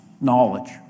knowledge